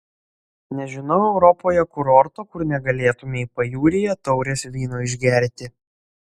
nežinau europoje kurorto kur negalėtumei pajūryje taurės vyno išgerti